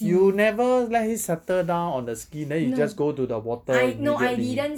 you never let it settle down on the skin then you just go to the water immediately